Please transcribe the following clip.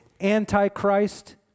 antichrist